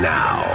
now